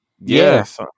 Yes